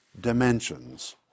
dimensions